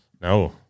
No